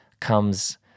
comes